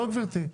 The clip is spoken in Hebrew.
לא גברתי.